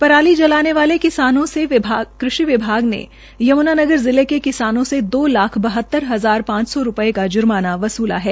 पराली जलाने वाले किसानों से कृषि विभाग ने यमुनानगर जिले के किसानोंसे दो लाख बहतर हजार पांच सौ रूपये का ज्माना वसूला है